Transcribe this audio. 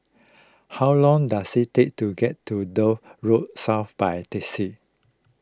how long does it take to get to Dock Road South by taxi